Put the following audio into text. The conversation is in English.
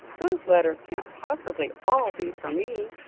those letters can't possibly all be for me,